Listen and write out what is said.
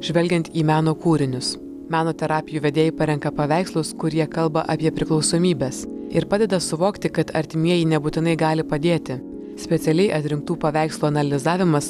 žvelgiant į meno kūrinius meno terapijų vedėjai parenka paveikslus kurie kalba apie priklausomybes ir padeda suvokti kad artimieji nebūtinai gali padėti specialiai atrinktų paveikslų analizavimas